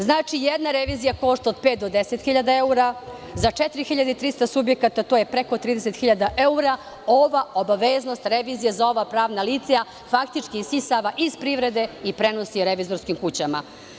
Znači, jedna revizija košta od pet do deset hiljada eura, za 4.300 subjekata to je preko 30.000 eura, ova obaveznost revizije za ova pravna lica faktički isisava iz privrede i prenosi revizorskim kućama.